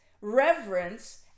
reverence